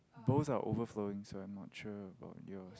both are overflowing so I'm not sure about yours